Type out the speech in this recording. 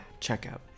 checkout